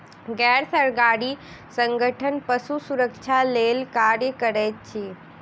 गैर सरकारी संगठन पशु सुरक्षा लेल कार्य करैत अछि